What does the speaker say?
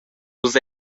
vus